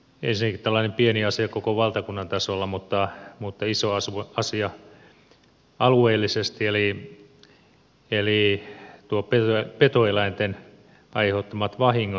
ensinnäkin tällainen pieni asia koko valtakunnan tasolla mutta iso asia alueellisesti eli nuo petoeläinten aiheuttamat vahingot